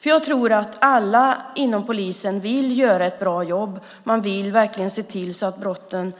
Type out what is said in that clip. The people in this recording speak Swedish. Jag tror att alla inom polisen vill göra ett bra jobb och verkligen se till att brotten